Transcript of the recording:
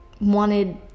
wanted